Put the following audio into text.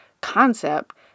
concept